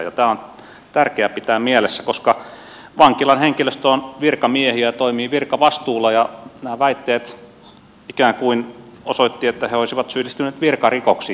tämä on tärkeä pitää mielessä koska vankilan henkilöstö on virkamiehiä toimii virkavastuulla ja nämä väitteet ikään kuin osoittivat että he olisivat syyllistyneet virkarikoksiin